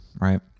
right